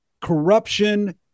corruption